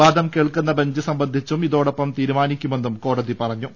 വാദം കേൾക്കുന്ന ബെഞ്ച് സംബ ന്ധിച്ചും ഇതോടൊപ്പം തീരുമാനിക്കുമെന്നും കോടതി പറഞ്ഞു